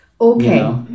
Okay